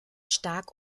stark